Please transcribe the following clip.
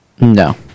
No